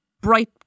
bright